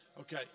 okay